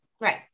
Right